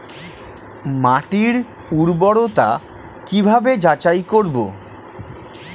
মাটির উর্বরতা কি ভাবে যাচাই করব?